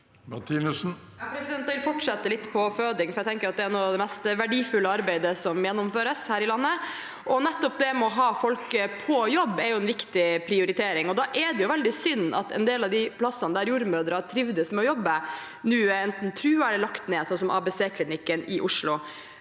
(R) Jeg vil fortsette litt på føding, for jeg tenker at det er noe av det mest verdifulle arbeidet som gjennomføres her i landet. Nettopp det å ha folk på jobb er en viktig prioritering. Da er det veldig synd at en del av de stedene der jordmødre har trivdes på jobb, nå enten er truet eller er lagt ned, slik som ABC-klinikken i Oslo.